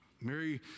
Mary